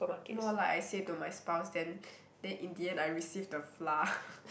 more like I say to my spouse then then in the end I receive the flour